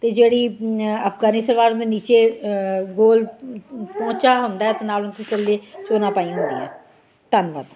ਅਤੇ ਜਿਹੜੀ ਆ ਅਫ਼ਗਾਨੀ ਸਲਵਾਰ ਦੇ ਨੀਚੇ ਗੋਲ ਪਹੁੰਚਾ ਹੁੰਦਾ ਅਤੇ ਨਾਲ ਉਹਦੇ ਥੱਲੇ ਚੋਨਾ ਪਾਈਆਂ ਹੁੰਦੀਆਂ ਧੰਨਵਾਦ